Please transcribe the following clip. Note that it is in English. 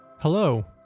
Hello